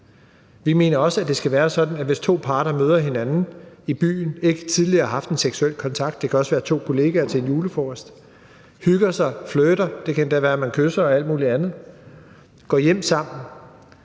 Vi mener, at det skal være sådan. Hvis to parter møder hinanden i byen, ikke tidligere har haft en seksuel kontakt – det kan også være to kollegaer til en julefrokost – hygger sig, flirter, det kan endda være, at man kysser og alt mulig andet, går hjem sammen,